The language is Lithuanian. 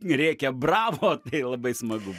rėkia bravo tai labai smagu